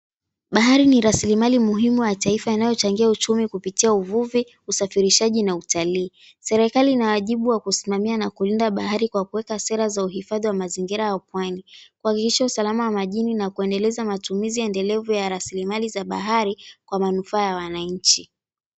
Bahari ni rasilimali muhimu ya taifa inayochangia uchumi kupitia uvuvi usafirishaji na utalii. Serikali inawajibu wa kusimamia na kulinda bahari kwa kuweka sera za uhifadhi wa mazingira au pwani kuhakikisha salama majini na kuendeleza matumizi endelevu ya raslimali za bahari kwa manufaa ya wananchi.